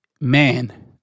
man